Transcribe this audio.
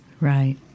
Right